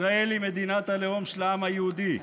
ישראל היא מדינת הלאום של העם היהודי,